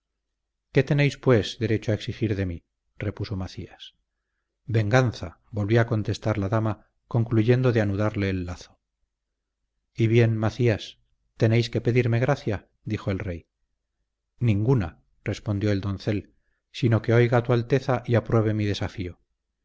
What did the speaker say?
qué tenéis pues derecho a exigir de mí repuso macías venganza volvió a contestar la dama concluyendo de anudarle el lazo y bien macías tenéis que pedirme gracia dijo el rey ninguna respondió el doncel sino que oiga tu alteza y apruebe mi desafío